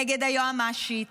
נגד היועמ"שית,